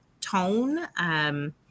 tone –